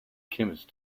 chemist